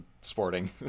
sporting